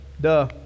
duh